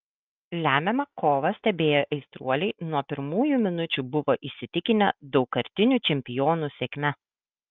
lemiamą kovą stebėję aistruoliai nuo pirmųjų minučių buvo įsitikinę daugkartinių čempionų sėkme